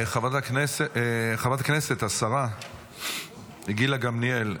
חברת הכנסת גילה גמליאל,